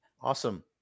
awesome